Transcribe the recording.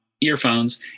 earphones